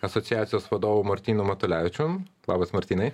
asociacijos vadovu martynu matulevičium labas martynai